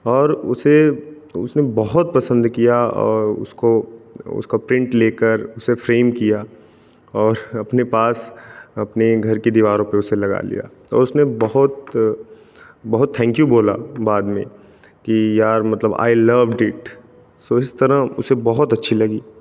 और उसे उसने बहुत पसंद किया और उसको उसका प्रिंट लेकर उसे फ्रेम किया और अपने पास अपनी घर की दीवारों पर उसे लगा लिया और उसने बहुत बहुत थैंक यू बोला बाद में कि यार मतलब आई लव्ड इट सो इस तरह उसे बहुत अच्छी लगी